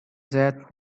that